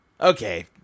Okay